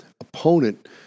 opponent